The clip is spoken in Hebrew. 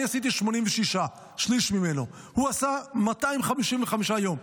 אני עשיתי 86, שליש ממנו, הוא עשה 255 יום.